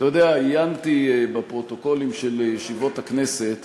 אתה יודע, עיינתי בפרוטוקולים של ישיבות הכנסת